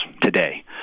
today